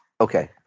Okay